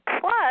plus